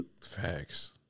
Facts